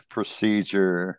Procedure